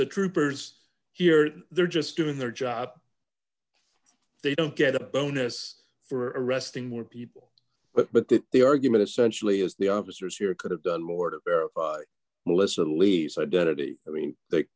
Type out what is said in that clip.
the troopers here they're just doing their job they don't get a bonus for arresting more people but but that the argument essentially is the officers here could have done more to melissa lee's identity i mean they